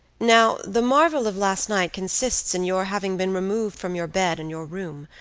now, the marvel of last night consists in your having been removed from your bed and your room,